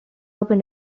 open